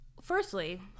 Firstly